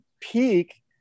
peak